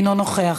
אינו נוכח,